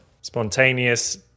Spontaneous